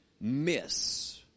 miss